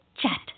Chat